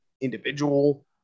individual